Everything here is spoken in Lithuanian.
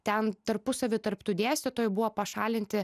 ten tarpusavy tarp tų dėstytojų buvo pašalinti